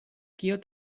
kio